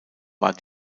war